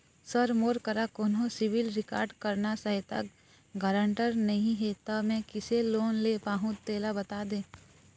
sir मोर करा कोन्हो सिविल रिकॉर्ड करना सहायता गारंटर नई हे ता मे किसे लोन ले पाहुं तेला बता दे